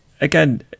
again